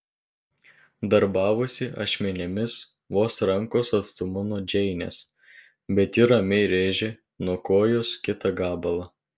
darbavosi ašmenimis vos rankos atstumu nuo džeinės bet ji ramiai rėžė nuo kojos kitą gabalą